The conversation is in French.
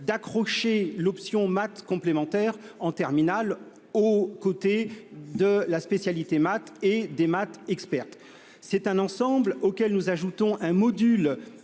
d'accrocher l'option maths complémentaires en terminale, aux côtés de la spécialité maths et des maths expertes. À cet ensemble, nous ajoutons un module